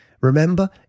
remember